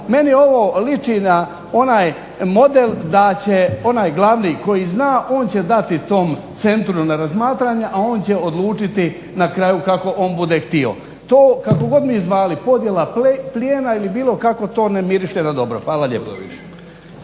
Meni ovo liči na onaj model da će onaj glavni koji zna on će dati tom centru na razmatranja, a on će odlučiti na kraju kako on bude htio. To kako god mi zvali, podjela plijena ili bilo kako, to ne miriše na dobro. Hvala lijepo,.